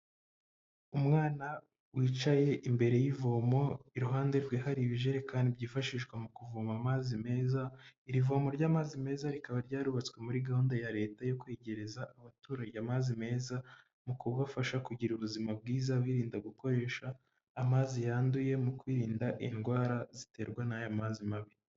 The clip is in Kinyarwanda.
Umwana wicaye imbere y'ivomo iruhande rwe hari ibijerekani byifashishwa mu kuvoma amazi meza iri vomo ry'amazi meza rikaba ryarubatswe muri gahunda ya leta yo kwegereza abaturage amazi meza mu kubafasha kugira ubuzima bwiza birinda gukoresha amazi yanduye mu kwirinda indwara ziterwa n'ayo mazi mabi.